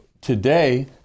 today